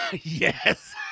yes